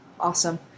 Awesome